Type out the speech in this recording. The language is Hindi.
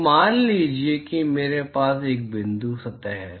तो मान लीजिए कि मेरे पास एक बिंदु सतह है